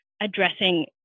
addressing